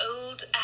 old